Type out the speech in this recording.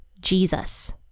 Jesus